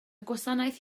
gwasanaeth